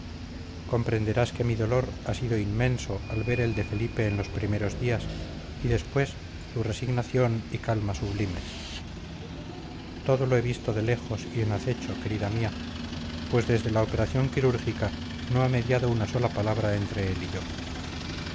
comprenderás que mi dolor ha sido inmenso al ver el de felipe en los primeros días y después su resignación y calma sublimes todo lo he visto de lejos y en acecho querida mía pues desde la operación quirúrgica no ha mediado una sola palabra entre él y yo